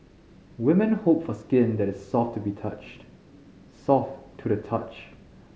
women hope for skin that is soft to be touched soft to the touch